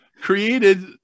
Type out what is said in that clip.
created